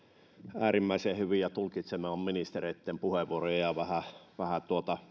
äärimmäisen hyviä tulkitsemaan ministereitten puheenvuoroja ja vähän